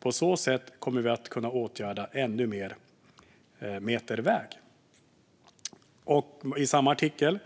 På så sätt kommer vi åtgärda ännu mer meter väg." I samma artikel